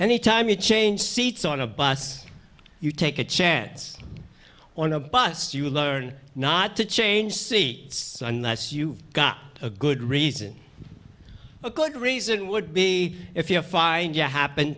any time you change seats on a bus you take a chance on a bus you learn not to change see unless you've got a good reason a quick reason would be if you're five and you happen